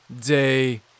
day